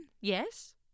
yes